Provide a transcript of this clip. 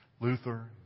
Luther